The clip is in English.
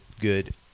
good